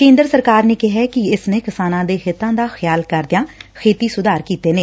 ਕੇਂਦਰ ਸਰਕਾਰ ਨੇ ਕਿਹਾ ਕਿ ਇਸ ਨੇ ਕਿਸਾਨਾਂ ਦੇ ਹਿੱਤਾਂ ਦਾ ਖਿਆਲ ਕਰਦਿਆਂ ਖੇਤੀ ਸੁਧਾਰ ਕੀਤੇ ਨੇ